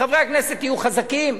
חברי הכנסת יהיו חזקים,